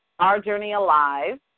OurJourneyAlive